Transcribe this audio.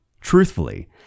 Truthfully